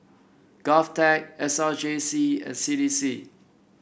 Govtech S R J C and C D C